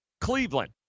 Cleveland